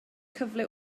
cyfle